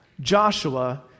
Joshua